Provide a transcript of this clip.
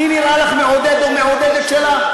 אני נראה לך מעודד או מעודדת שלה?